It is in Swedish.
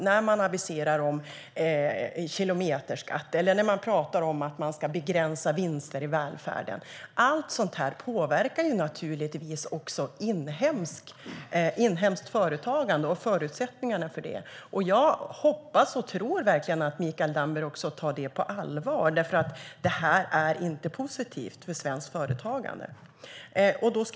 När man aviserar om kilometerskatt eller talar om att begränsa vinster i välfärden påverkar allt sådant inhemskt företagande och förutsättningarna för det. Jag hoppas och tror att Mikael Damberg tar det på allvar. Det är inte positivt för svenskt företagande.